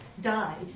died